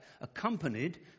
accompanied